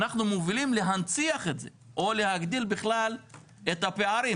אנחנו מובילים להנציח את זה או להגדיל בכלל את הפערים.